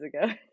ago